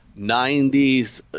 90s